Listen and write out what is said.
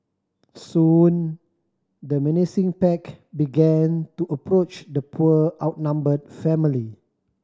soon the menacing pack began to approach the poor outnumbered family